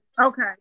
Okay